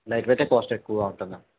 lightweight cost ఎక్కువగా ఉంటుందా